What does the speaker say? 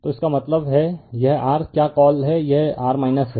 तो इसका मतलब है यह r क्या कॉल है यह r है